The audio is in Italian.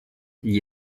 gli